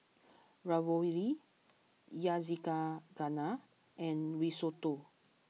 Ravioli Yakizakana and Risotto